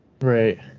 Right